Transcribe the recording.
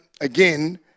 Again